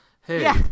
Hey